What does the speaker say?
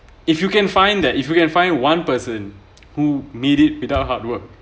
if you can find that if you can find one person who made it without hard work